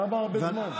למה הרבה זמן?